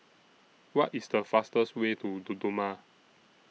What IS The fastest Way to Dodoma